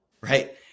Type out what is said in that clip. Right